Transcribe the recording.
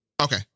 Okay